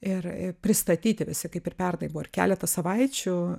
ir pristatyti visi kaip ir pernai buvo ir keletą savaičių